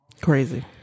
Crazy